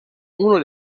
uno